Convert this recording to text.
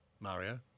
Mario